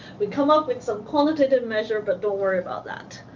we come up with some quantitative measure but don't worry about that.